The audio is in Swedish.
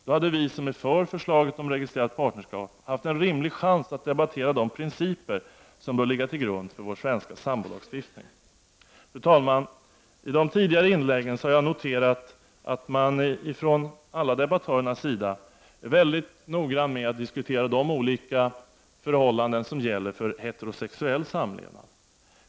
Då hade vi som är för förslaget om registrerat partnerskap haft en rimlig chans att debattera de principer som bör ligga till grund för vår svenska sambolagstiftning. Fru talman! Jag har noterat att debattörerna i alla de tidigare inläggen har varit mycket noggranna med att diskutera de olika förhållanden som gäller för heterosexuell samlevnad.